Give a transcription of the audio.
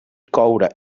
coure